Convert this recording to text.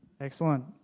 Excellent